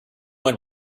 join